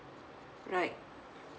right